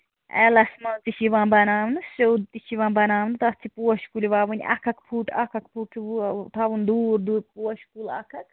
ایلَس منٛز تہِ چھِ یِوان بَناونہٕ سیوٚد تہِ چھِ یِوان بَناونہٕ تتھ چھِ پوش کُلۍ وَوٕنۍ اکھ اکھ فُٹ اکھ اکھ فُٹ چھُ تھاوُن دوٗر دوٗر پوش کُل اکھ اکھ